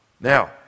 Now